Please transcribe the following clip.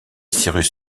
cyrus